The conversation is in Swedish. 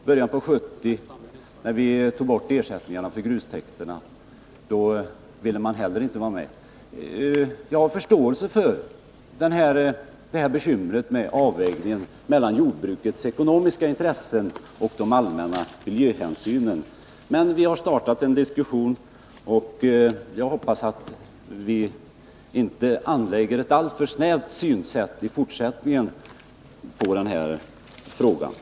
I början av 1970-talet, när ersättningen för vägrad grustäkt togs bort så röstade centern emot detta. Jag har förståelse för dessa bekymmer med avvägningen mellan jordbrukets ekonomiska intressen och de allmänna miljöhänsynen. Men vi har nu ändå startat en diskussion kring dessa frågor, och jag hoppas den diskussionen inte skall föras utifrån alltför snäva synpunkter i fortsättning Nr 34 en.